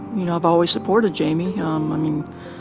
you know, i've always supported jamie. um